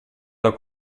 alla